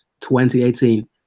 2018